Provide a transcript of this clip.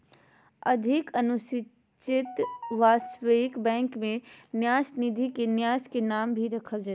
अधिक अनुसूचित व्यवसायिक बैंक में न्यास निधि के न्यास के नाम पर रखल जयतय